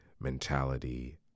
mentality